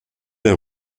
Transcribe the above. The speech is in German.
der